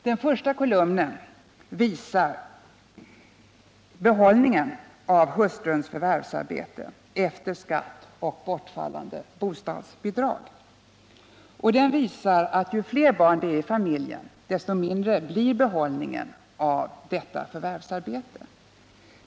Av uppställningen framgår behållningen av hustruns förvärvsarbete efter skatt och bortfallande bostadsbidrag. Den visar att ju fler barn det är i familjen, desto mindre blir behållningen av detta förvärvsarbete.